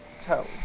toe